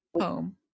home